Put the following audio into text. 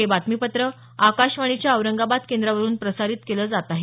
हे बातमीपत्र आकाशवाणीच्या औरंगाबाद केंद्रावरून प्रसारित केलं जात आहे